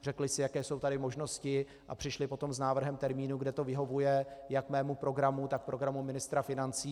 Řekly si, jaké jsou tady možnosti, a přišly potom s návrhem termínu, kdy to vyhovuje jak mému programu, tak programu ministra financí.